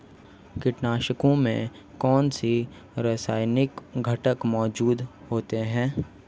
कीटनाशकों में कौनसे रासायनिक घटक मौजूद होते हैं?